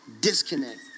disconnect